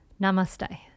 Namaste